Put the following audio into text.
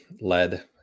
lead